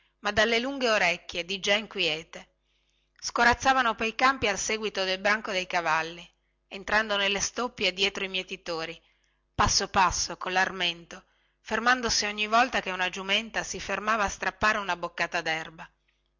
ma dalle lunghe orecchie diggià inquiete scorazzavano pei campi al seguito del branco dei cavalli entrando nelle steppie dietro i mietitori passo passo collarmento fermandosi ogni volta che una giumenta si fermava a strappare una boccata derba